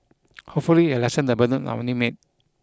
hopefully it'll lessen the burden on our new maid